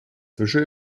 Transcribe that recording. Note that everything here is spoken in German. fische